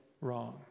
wrong